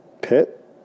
Pitt